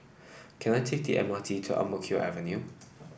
can I take the M R T to Ang Mo Kio Avenue